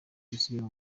isubire